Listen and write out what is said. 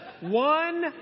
one